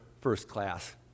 first-class